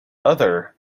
other